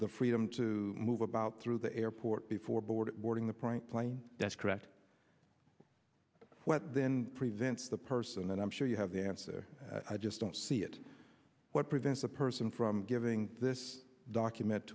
the freedom to move about through the airport before border warning the point plain that's correct what then presents the person and i'm sure you have the answer i just don't see it what prevents a person from giving this document